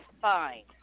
fine